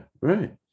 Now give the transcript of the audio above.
right